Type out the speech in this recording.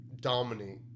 dominate